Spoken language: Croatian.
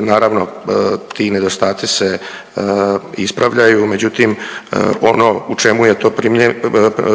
Naravno ti nedostaci se ispravljaju, međutim ono u čemu je to